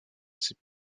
ses